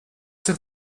sich